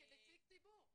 כנציג ציבור.